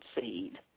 seed